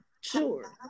Sure